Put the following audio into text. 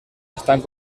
están